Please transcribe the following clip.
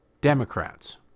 Democrats